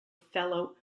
fellow